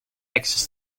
access